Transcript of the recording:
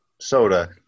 Soda